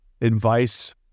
advice